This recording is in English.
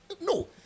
No